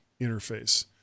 interface